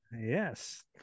Yes